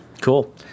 cool